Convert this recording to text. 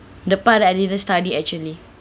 the part I didn't study actually